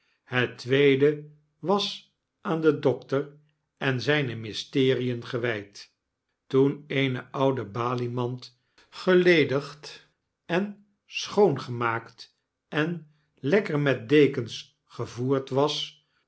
het tweede was aan den dokter en zyne mysterien gewijd toen eene oude baliemand geledigd en schoongemaakt en lekker met dekens gevoerd was